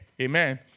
Amen